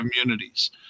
communities